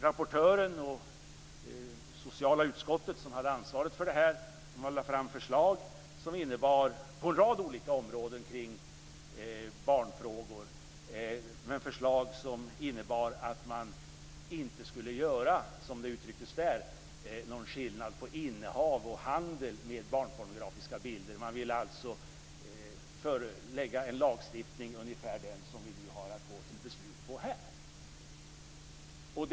Rapportören och sociala utskottet, som hade ansvaret för frågan, lade fram förslag som på en rad olika områden kring barnfrågor innebar att man inte skulle göra någon skillnad på innehav av och handel med barnpornografiska bilder. Man vill alltså införa en lagstiftning ungefär som den som vi nu har att gå till beslut om här.